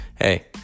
hey